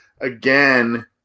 again